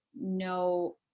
no